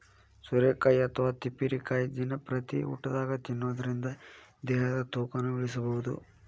ಸೋರೆಕಾಯಿ ಅಥವಾ ತಿಪ್ಪಿರಿಕಾಯಿ ದಿನಂಪ್ರತಿ ಊಟದಾಗ ತಿನ್ನೋದರಿಂದ ದೇಹದ ತೂಕನು ಇಳಿಸಬಹುದು